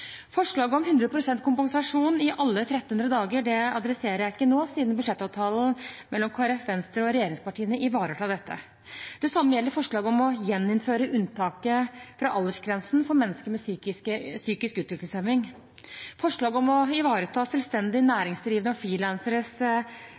Forslaget om 100 pst. kompensasjon i alle 1 300 dager adresserer jeg ikke nå, siden budsjettavtalen mellom Kristelig Folkeparti, Venstre og regjeringspartiene ivaretar dette. Det samme gjelder forslaget om å gjeninnføre unntaket fra aldersgrensen for mennesker med psykisk utviklingshemning. Når det gjelder forslaget om å ivareta selvstendig